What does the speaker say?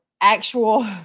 actual